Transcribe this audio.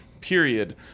period